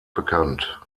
bekannt